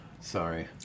sorry